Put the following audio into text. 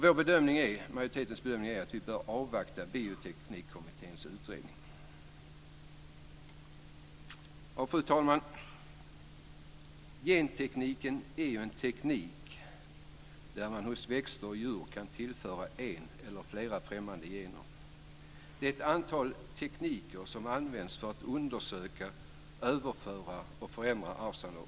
Vår bedömning är att vi bör avvakta Bioteknikkommitténs utredning. Fru talman! Gentekniken är en teknik där man hos växter och djur kan tillföra en eller flera främmande gener. Det är ett antal tekniker som används för att undersöka, överföra och förändra arvsanlagen.